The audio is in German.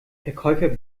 verkäufer